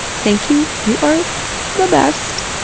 thank you, you are the best.